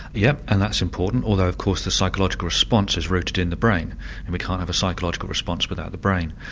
yeah and that's i important although of course the psychological response is rooted in the brain and we can't have a psychological response without the brain,